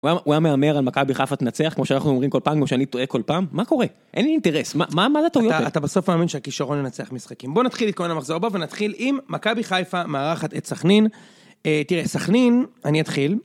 הוא היה מהמר על מכבי חיפה תנצח, כמו שאנחנו אומרים כל פעם, כמו שאני טועה כל פעם? מה קורה? אין לי אינטרס. אתה בסוף מאמין שהכישרון ינצח משחקים. בוא נתחיל להתכונן למחזור הבא ונתחיל עם מכבי חיפה מארחת את סכנין. תראה, סכנין, אני אתחיל...